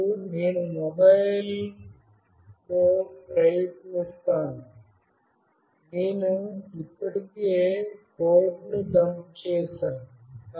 ఇప్పుడు నేను ఈ మొబైల్లో ప్రయత్నిస్తాను నేను ఇప్పటికే కోడ్ను డంప్ చేసాను